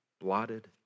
blotted